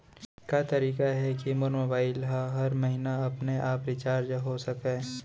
का तरीका हे कि मोर मोबाइल ह हर महीना अपने आप रिचार्ज हो सकय?